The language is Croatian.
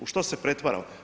U što se pretvaramo?